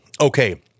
Okay